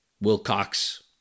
Wilcox